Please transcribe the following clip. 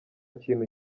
kintu